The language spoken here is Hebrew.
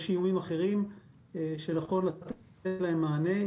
יש שינויים אחרים שנכון לתת להם מענה.